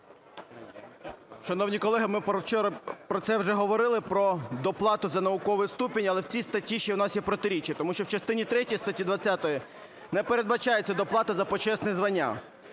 Шановні колеги, ми вчора про це вже говорили, про доплату за науковий ступінь, але в цій статті ще у нас є протиріччя. Тому що в частині третій статті 20 не передбачається доплата за почесне звання.